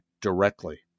directly